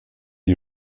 die